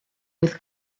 with